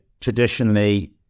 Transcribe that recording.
traditionally